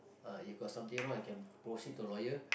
ah if got something wrong I can proceed to lawyer